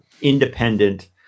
independent